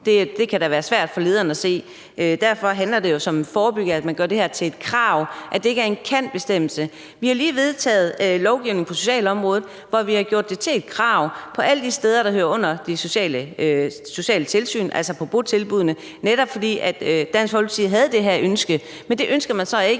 Det kan da være svært for lederen at se. Derfor handler det jo om at forebygge, ved at man gør det her til et krav, altså at det ikke er en »kan«-bestemmelse. Vi har lige vedtaget lovgivning på socialområdet, hvor vi har gjort det til et krav alle de steder, der hører under de sociale tilsyn, altså på botilbuddene, netop fordi Dansk Folkeparti havde det her ønske, men det ønsker man så ikke